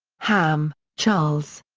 hamm, charles.